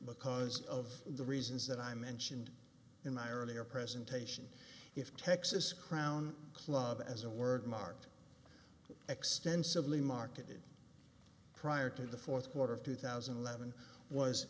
because of the reasons that i mentioned in my earlier presentation if texas crown club as a word marked extensively marketed prior to the fourth quarter of two thousand and eleven was